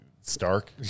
Stark